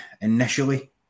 initially